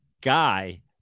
guy